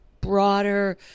broader